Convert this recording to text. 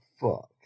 fuck